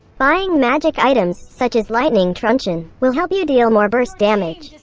buying magic items such as lightning truncheon, will help you deal more burst damage.